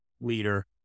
leader